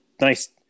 nice